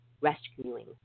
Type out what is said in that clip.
rescuing